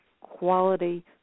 quality